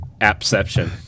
Appception